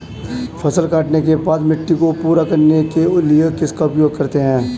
फसल काटने के बाद मिट्टी को पूरा करने के लिए किसका उपयोग करते हैं?